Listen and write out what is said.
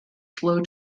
slow